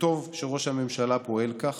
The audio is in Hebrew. וטוב שראש הממשלה פועל כך.